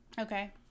Okay